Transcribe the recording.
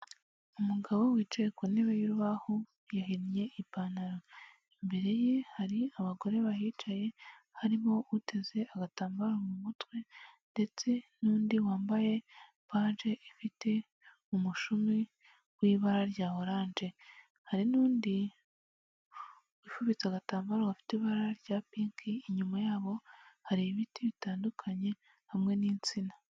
Umugabo wicaye ku ntebe y'urubaho yahinnnye ipantaro, imbere ye hari abagore bahicaye, harimo uteze agatambaro mu mutwe ndetse n'undi wambaye baji ifite umushumi w'ibara rya oranje, hari n'undi wifubitse agatambaro gafite ibara rya pinki, inyuma yabo hari ibiti bitandukanye hamwe n'insina.